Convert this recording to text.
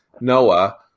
Noah